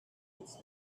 its